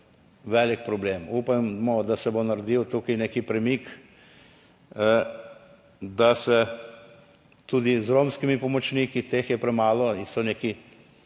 velik problem. Upamo, da se bo naredil tukaj nek premik, da se tudi z romskimi pomočniki, teh je premalo in so neki